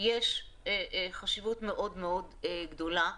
יש חשיבות מאוד-מאוד גדולה.